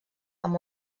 amb